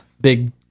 Big